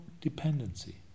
dependency